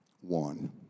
one